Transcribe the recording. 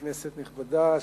כנסת נכבדה,